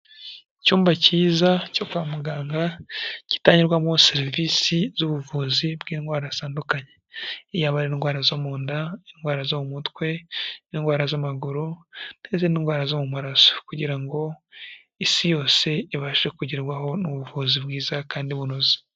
Icyumba cyiza cyo kwa muganga gitanyurwamo serivisi z'ubuvuzi bw'indwara zitandukanye yaba ari indwara zo mu nda, indwara zo mu mutwe, indwara z'amaguru n'iz'indwara zo mu maraso kugira ngo isi yose ibashe kugerwaho n'ubuvuzi bwiza kandi bunoze.